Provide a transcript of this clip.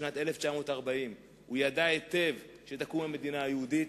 בשנת 1940. הוא ידע היטב שתקום המדינה היהודית,